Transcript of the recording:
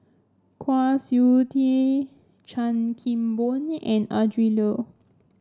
Kwa Siew Tee Chan Kim Boon and Adrin Loi